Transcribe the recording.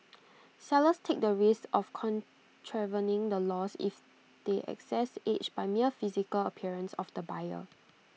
sellers take the risk of contravening the laws if they assess age by mere physical appearance of the buyer